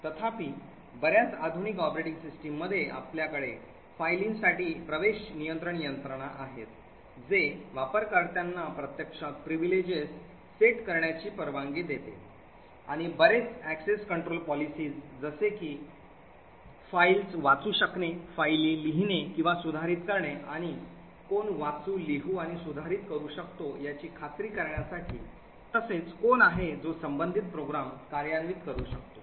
तथापि बर्याच आधुनिक ऑपरेटिंग सिस्टममध्ये आपल्याकडे फायलींसाठी access control यंत्रणा आहेत जे वापरकर्त्यांना प्रत्यक्षात privileges सेट करण्याची परवानगी देते आणि बरेच access control policies जसे कि फाइल्स वाचू शकणे फायली लिहणे किंवा सुधारित करणे आणि कोण वाचू लिहू आणि सुधारित करू शकतो याची खात्री करण्यासाठी तसेच कोण आहे जो संबंधित प्रोग्राम कार्यान्वित करु शकतो